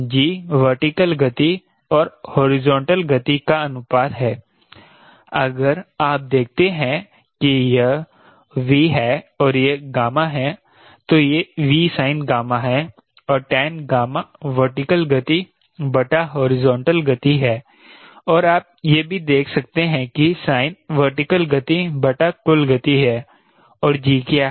G vertical गति और horizontal गति का अनुपात है अगर आप देखते हैं कि यह V है और यह है तो यह Vsin है और tan वर्टिकल गति बटा हॉरिजॉन्टल गति है और आप यह भी देख सकते हैं कि sin वर्टिकल गति बटा कुल गति है और G क्या है